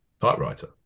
typewriter